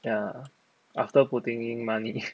ya after putting money